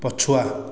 ପଛୁଆ